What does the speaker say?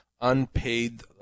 unpaid